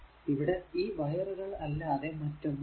ഇവിടെ ഈ വയറുകൾ അല്ലാതെ മറ്റൊന്നും ഇല്ല